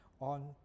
on